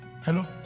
Hello